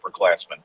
upperclassmen